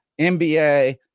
nba